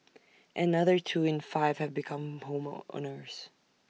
another two in five have become homer owners